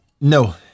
No